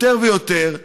יותר ויותר לשותפות,